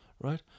Right